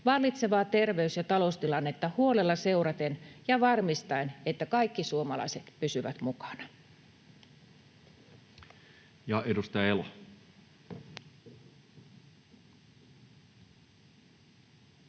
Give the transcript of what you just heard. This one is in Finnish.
vallitsevaa terveys- ja taloustilannetta huolella seuraten ja varmistaen, että kaikki suomalaiset pysyvät mukana.